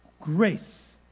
grace